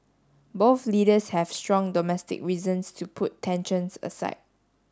both leaders have strong domestic reasons to put tensions aside